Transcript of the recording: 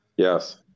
Yes